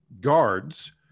guards